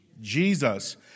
Jesus